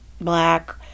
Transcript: black